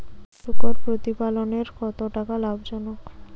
শূকর প্রতিপালনের কতটা লাভজনক?